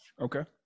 Okay